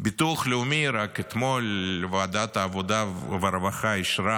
ביטוח לאומי, רק אתמול ועדת העבודה והרווחה אישרה